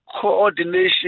coordination